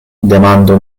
demando